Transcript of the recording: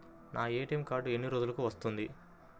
నా ATM card ఎన్ని రోజులకు వస్తుంది?